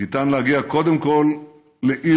אפשר להגיע קודם כול לאי-לוחמה,